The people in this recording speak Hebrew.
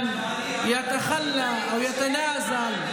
מה אתה אומר, חברת הכנסת גוטליב.